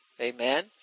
Amen